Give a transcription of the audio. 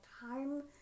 time